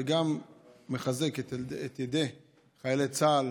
וגם אני מחזק את ידי חיילי צה"ל,